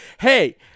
hey